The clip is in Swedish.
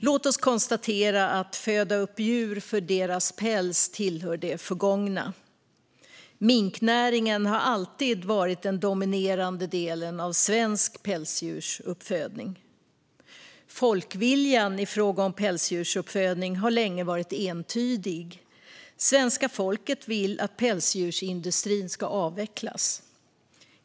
Låt oss konstatera att uppfödning av djur för deras päls tillhör det förgångna. Minknäringen har alltid varit den dominerande delen av svensk pälsdjursuppfödning. Folkviljan i frågan om pälsdjursuppfödning har länge varit entydig: Svenska folket vill att pälsdjursindustrin ska avvecklas.